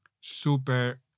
super